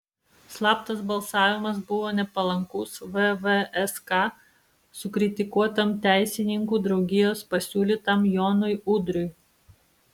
slaptas balsavimas buvo nepalankus vvsk sukritikuotam teisininkų draugijos pasiūlytam jonui udriui